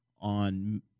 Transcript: on